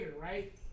right